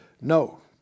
no